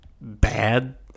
bad